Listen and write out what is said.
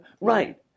Right